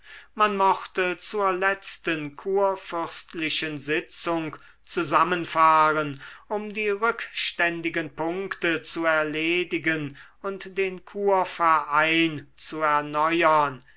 man mochte zur letzten kurfürstlichen sitzung zusammenfahren um die rückständigen punkte zu erledigen und den kurverein zu erneuern